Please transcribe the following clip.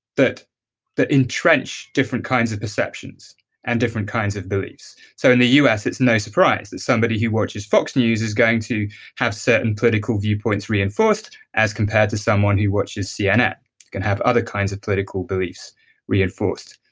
that that entrench different kinds of perceptions and different kinds of beliefs so in the us, it's no surprise that somebody who watches fox news is going to have certain political viewpoints reinforced as compared to someone who watches cnn can have other kinds of political beliefs reinforced.